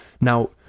Now